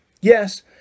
Yes